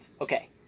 Okay